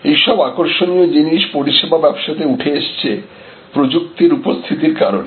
এইসব আকর্ষণীয় জিনিস পরিষেবা ব্যবসাতে উঠে এসেছে প্রযুক্তির উপস্থিতির কারণে